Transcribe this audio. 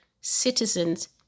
citizens